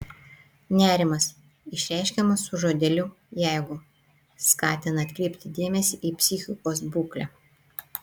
nerimas išreiškiamas su žodeliu jeigu skatina atkreipti dėmesį į psichikos būklę